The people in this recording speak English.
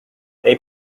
they